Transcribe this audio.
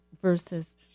versus